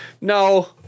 no